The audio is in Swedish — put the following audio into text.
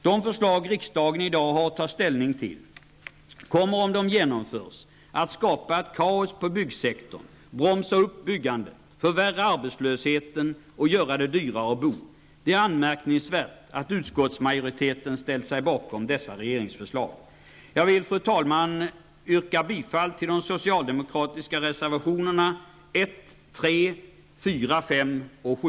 De förslag riksdagen i dag har att ta ställning till kommer, om de genomförs, att skapa ett kaos i byggsektorn, bromsa upp byggandet, förvärra arbetslösheten och göra det dyrare att bo. Det är anmärkningsvärt att utskottsmajoriteten har ställt sig bakom dessa regeringsförslag. Jag vill, fru talman, yrka bifall till de socialdemokratiska reservationerna 1, 3, 4, 5 och 7.